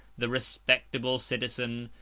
the respectable citizen,